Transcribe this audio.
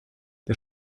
der